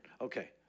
Okay